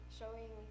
showing